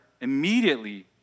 immediately